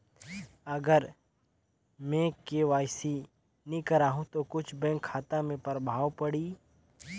अगर मे के.वाई.सी नी कराहू तो कुछ बैंक खाता मे प्रभाव पढ़ी?